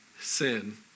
sin